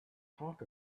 talk